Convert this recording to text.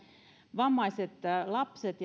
vammaiset lapset